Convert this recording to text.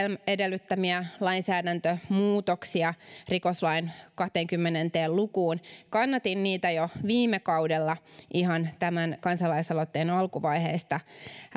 edellyttämiä lainsäädäntömuutoksia rikoslain kahteenkymmeneen lukuun kannatin niitä jo viime kaudella ihan tämän kansalaisaloitteen alkuvaiheista